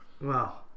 Wow